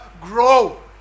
grow